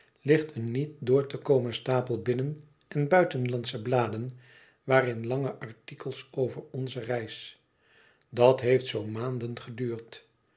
ligt een niet door te komen stapel binnenen buitenlandsche bladen waarin lange artikels over onze reis dat heeft zoo maanden geduurd